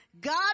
God